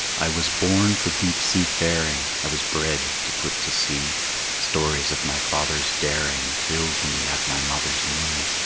i was born for deep-sea faring i was bred to put to sea stories of my father's daring filled me at my mother's knee.